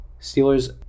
Steelers